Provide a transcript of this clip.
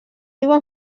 diuen